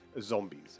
zombies